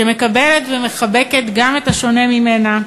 שמקבלת ומחבקת גם את השונה ממנה.